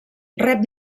rep